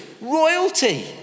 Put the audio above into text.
Royalty